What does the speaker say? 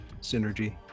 synergy